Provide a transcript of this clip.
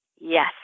Yes